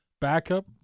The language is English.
backup